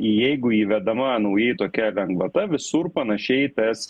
jeigu įvedama naujai tokia lengvata visur panašiai tas